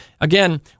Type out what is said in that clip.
Again